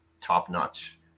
top-notch